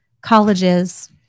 colleges